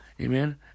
Amen